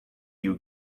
you